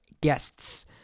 guests